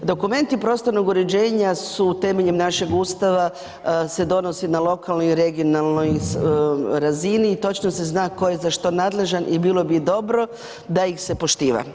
Dokumenti prostornog uređenja su temeljem našeg Ustava se donose na lokalnoj i regionalnoj razini i točno se zna ko je za što nadležan i bilo bi dobro da ih se poštiva.